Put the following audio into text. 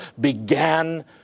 began